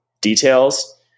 details